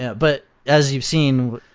yeah but as you've seen,